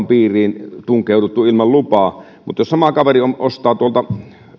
piiriin tunkeuduttu ilman lupaa mutta jos sama kaveri ostaa tuolta